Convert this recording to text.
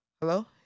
Hello